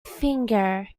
finger